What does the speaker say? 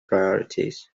priorities